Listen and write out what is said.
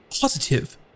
positive